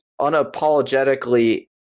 unapologetically